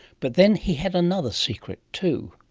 but then he had another secret too.